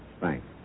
Thanks